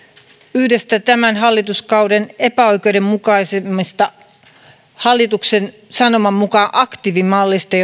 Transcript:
yhdestä tämän hallituskauden epäoikeudenmukaisimmista esityksistä hallituksen sanoman mukaan aktiivimallista